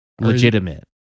Legitimate